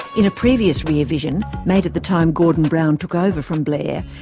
in a previous rear vision made at the time gordon brown took over from blair,